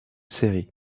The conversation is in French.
série